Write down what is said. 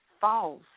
false